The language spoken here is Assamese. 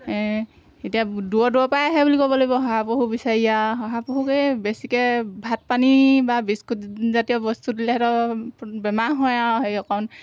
এই এতিয়া দূৰ দূৰৰপৰাই আহে বুলি ক'ব লাগিব শহাপহু বিচাৰি শহাপহুকে বেছিকৈ ভাত পানী বা বিস্কুট জাতীয় বস্তু দিলে সিহঁতৰ বেমাৰ হয় আৰু হেৰি অকণ